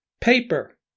Paper